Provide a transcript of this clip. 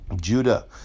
Judah